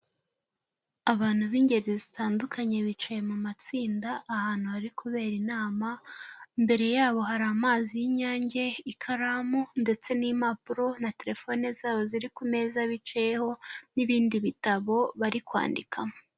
Abantu b'ingeri zitandukanye bicaye mu matsinda, ahantu hari kubera inama, imbere yabo hari amazi y'Inyange, ikaramu ndetse n'impapuro na terefone zabo ziri ku meza bicayeho, n'ibindi bitabo bari kwandikamo.